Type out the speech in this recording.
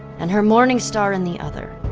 and her morningstar in the other,